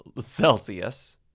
Celsius